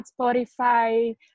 Spotify